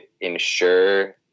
ensure